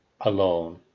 alone